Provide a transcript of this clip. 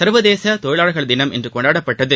சா்வதேச தொழிலாளா் தினம் இன்று கொண்டாடப்பட்டது